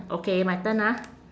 okay my turn ah